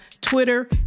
Twitter